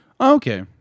Okay